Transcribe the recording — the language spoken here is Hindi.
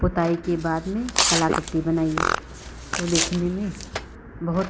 पोताई की बाद में कलाकृति बनाइए तो देखने में बहुत